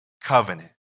covenant